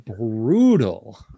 brutal